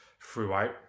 throughout